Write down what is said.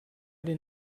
den